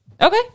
Okay